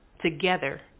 Together